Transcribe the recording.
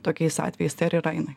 tokiais atvejais tai ar yra jinai